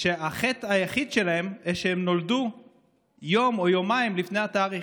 שהחטא היחיד שלהם זה שהם נולדו יום או יומיים לפני התאריך.